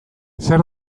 zer